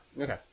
Okay